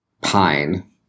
Pine